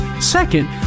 Second